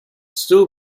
still